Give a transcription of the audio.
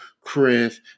Chris